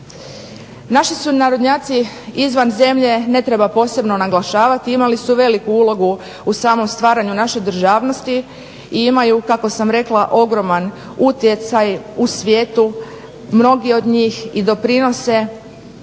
Naši su narodnjaci izvan zemlje, ne treba posebno naglašavati, imali su veliku ulogu u samom stvaranju naše državnosti i imaju kako sam rekla ogroman utjecaj u svijetu. Mnogi od njih i doprinose